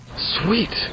Sweet